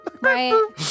right